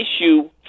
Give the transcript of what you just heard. issue